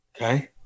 Okay